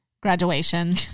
graduation